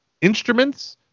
instruments